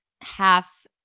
half